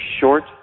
short